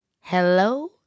Hello